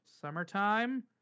summertime